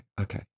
Okay